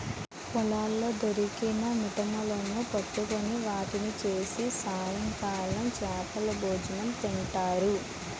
పొలాల్లో దొరికిన మిట్టలును పట్టుకొని వాటిని చేసి సాయంకాలం చేపలభోజనం తింటారు